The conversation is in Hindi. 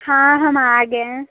हाँ हम आ गए